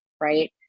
right